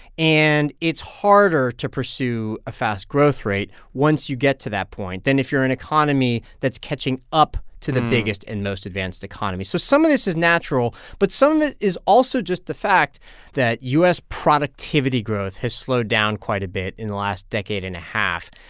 and it's harder to pursue a fast growth rate once you get to that point than if you're an economy that's catching up to the biggest and most advanced economy so some of this is natural, but some of it is also just the fact that u s. productivity growth has slowed down quite a bit in the last decade and a half.